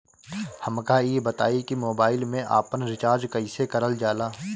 हमका ई बताई कि मोबाईल में आपन रिचार्ज कईसे करल जाला?